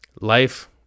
life